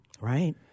Right